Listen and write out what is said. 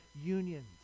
unions